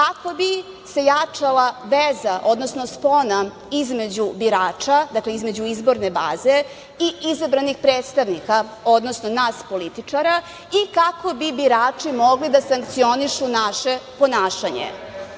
kako bi se jačala veza, odnosno spona između birača, dakle između izborne baze i izabranih predstavnika, odnosno nas političara i kako bi birači mogli da sankcionišu naše ponašanje. Uz